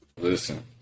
Listen